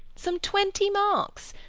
some twenty marks,